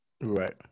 Right